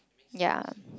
ya